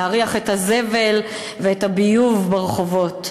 להריח את הזבל ואת הביוב ברחובות,